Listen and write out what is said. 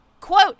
Quote